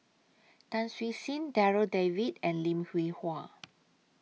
Tan Siew Sin Darryl David and Lim Hwee Hua